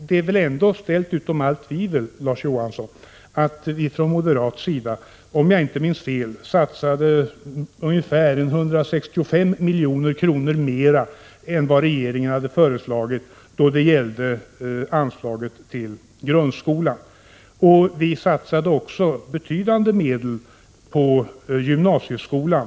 Det är väl ändå ställt utom allt tvivel, Larz Johansson, att vi moderater — om jag nu inte minns fel — satsade ca 165 milj.kr. mer än vad regeringen hade föreslagit till grundskolan. Vi satsade också betydande medel på gymnasieskolan.